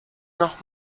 noch